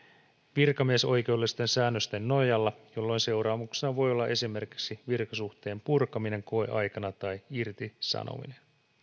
virkamiesoikeudellisten säännösten nojalla jolloin seuraamuksena voi olla esimerkiksi virkasuhteen purkaminen koeaikana tai irtisanominen